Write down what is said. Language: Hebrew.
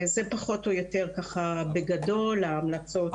זה פחות או יותר בגדול ההמלצות.